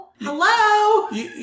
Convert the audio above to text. Hello